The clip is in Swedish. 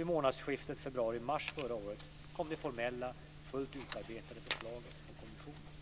I månadsskiftet februari/mars förra året kom det formella, fullt utarbetade förslaget från kommissionen.